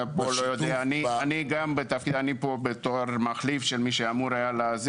אני פה בתור מחליף של מי שהיה אמור להיות.